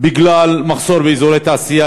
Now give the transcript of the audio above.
בגלל מחסור באזורי תעשייה,